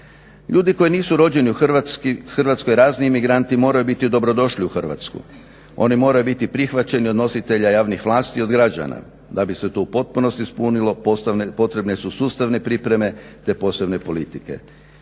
Ljudi koji nisu rođeni u Hrvatskoj, razni imigranti moraju biti dobrodošli u Hrvatsku. Oni moraju biti prihvaćeni od nositelja javnih vlasti i od građana. Da bi se to u potpunosti ispunilo potrebne su sustavne pripreme te posebne politike.